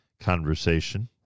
conversation